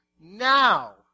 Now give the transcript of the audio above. now